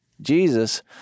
Jesus